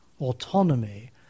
autonomy